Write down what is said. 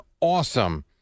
awesome